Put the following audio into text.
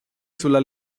sulla